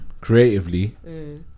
Creatively